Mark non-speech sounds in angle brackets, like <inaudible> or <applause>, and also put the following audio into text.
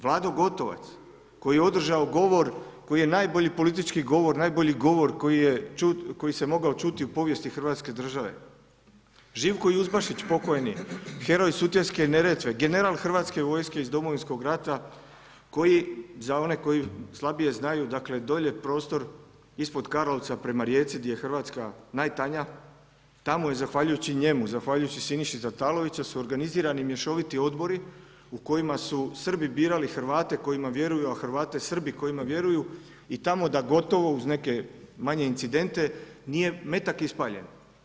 Vlado Gotovac koji je održao govor, koji je najbolji politički govor, najbolji govor koji se mogao čuti u povijesti Hrvatske države, Živko Juzmašić pokojni, heroj sutjeske Neretve, general Hrvatske vojske iz Domovinskog rata koji, za one koji slabije znaju, dakle dolje prostor ispod Karlovca prema rijeci gdje je Hrvatska najtanja, tamo je zahvaljujući njemu, zahvaljujući Siniši … <unintelligible> su organizirani mješoviti odbori u kojima su Srbi birali Hrvate kojima vjeruju, a Hrvate Srbi kojima vjeruju i tamo da gotovo, uz neke manje incidente, nije metak ispaljen.